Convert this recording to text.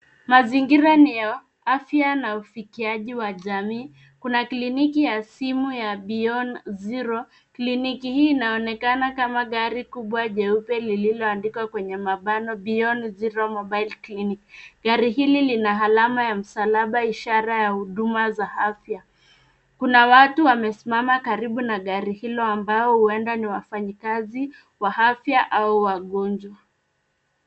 Mazingira ni afya na ufikiaji wa jamii. Kuna kliniki ya simu ya Beyond Zero. Kliniki hii inaonekana kama gari kubwa jeupe lililoandikwa kwenye mabano Beyond Zero Mobile Clinic. Gari lina alama ya msalaba ishara ya huduma za afya. Kuna watu wamesimama karibu na gari hilo ambao huenda ni wafanyikazi wa afya au wagonjwa.